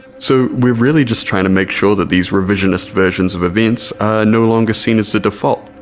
so we're really just trying to make sure that these revisionist versions of events are no longer seen as the default.